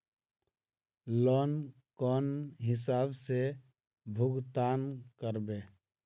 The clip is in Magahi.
लोन कौन हिसाब से भुगतान करबे?